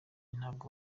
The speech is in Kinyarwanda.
ntabwo